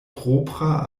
propra